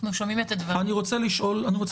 אנחנו שומעים את הדברים.